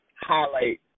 highlight